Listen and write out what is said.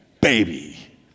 baby